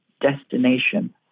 destination